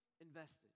invested